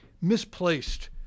misplaced